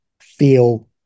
feel